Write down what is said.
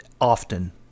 often